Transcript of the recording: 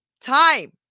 time